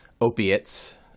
opiates